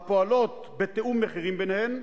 הפועלות בתיאום מחירים ביניהן,